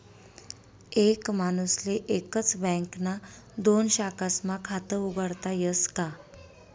एक माणूसले एकच बँकना दोन शाखास्मा खातं उघाडता यस का?